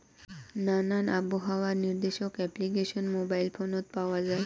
নানান আবহাওয়া নির্দেশক অ্যাপ্লিকেশন মোবাইল ফোনত পাওয়া যায়